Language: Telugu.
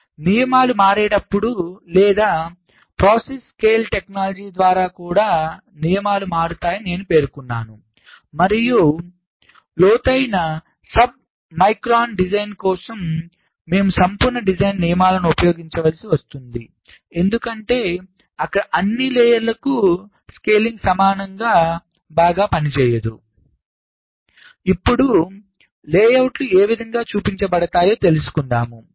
కాబట్టి నియమాలు మారేటప్పుడు లేదా వివిధ ప్రాసెస్ స్కేల్స్ టెక్నాలజీ ద్వారా కూడా నియమాలు మారుతాయని నేను పేర్కొన్నాను మరియు లోతైన సబ్మిక్రోన్ డిజైన్ కోసం మేము కొన్ని సంపూర్ణ డిజైన్ నియమాలను ఉపయోగించవలసి వస్తుంది ఎందుకంటే అక్కడ అన్ని లేయర్లకు స్కేలింగ్ సమానంగా బాగా పనిచేయదు ఇప్పుడు లేఅవుట్లు ఏ విధంగా చూపించే పడతాయో తెలుసుకుందాము